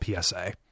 PSA